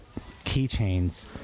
keychains